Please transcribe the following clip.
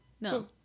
No